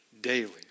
daily